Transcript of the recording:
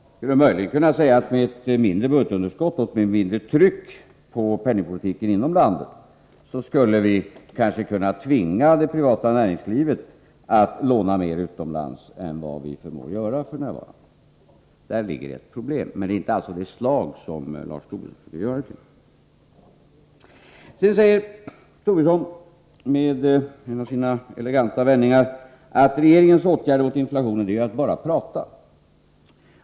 Man skulle möjligen kunna säga att med ett mindre budgetunderskott och ett mindre tryck på penningpolitiken inom landet skulle vi kanske kunna tvinga det privata näringslivet att låna mer utomlands än vi förmår göra f. n. Där ligger ett problem, men det är inte alls av det slag Lars Tobisson försöker göra det till. Sedan säger Lars Tobisson, med en av sina eleganta vändningar, att regeringens åtgärd mot inflationen är att bara prata.